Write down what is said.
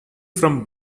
from